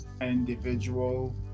individual